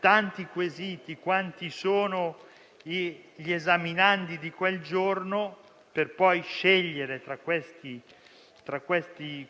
tanti quesiti quanti sono gli esaminandi del giorno, per poi scegliere tra gli stessi